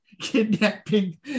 kidnapping